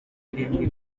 irindwi